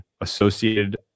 associated